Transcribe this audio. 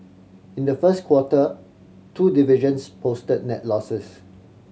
in the first quarter two divisions posted net losses